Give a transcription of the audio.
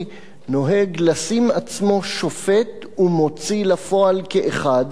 נוהג לשים עצמו שופט ומוציא לפועל כאחד.